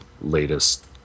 latest